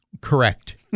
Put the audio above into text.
Correct